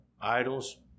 idols